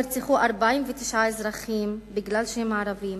שבו נרצחו 49 אזרחים בגלל שהם ערבים,